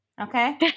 okay